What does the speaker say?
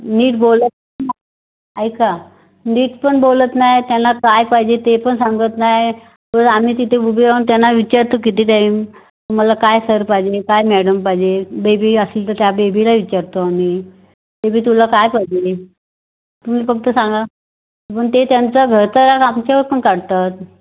नीट बोलत नाही ऐका नीट पण बोलत नाही त्यांना काय पाहिजे ते पण सांगत नाही परत आम्ही तिथे उभे राहून विचारतो किती टाईम तुम्हाला काय सर पाहिजे काय मॅडम पाहिजे बेबी असली तर त्या बेबीला विचारतो आम्ही बेबी तुला काय पाहिजे तुम्ही फक्त सांगा पण ते त्यांचा घरचा राग आमच्यावर पण काढतात